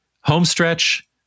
homestretch